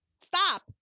stop